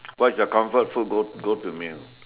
what is your comfort food go go to meal